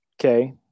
okay